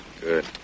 good